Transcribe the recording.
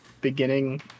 Beginning